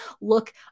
look